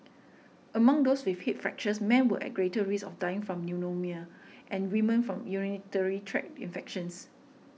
among those with hip fractures men were at greater risk of dying from pneumonia and women from urinary tract infections